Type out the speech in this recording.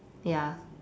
ya